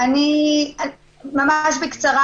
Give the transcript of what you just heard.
אני ממש בקצרה,